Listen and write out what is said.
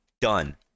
done